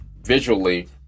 visually